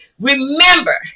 Remember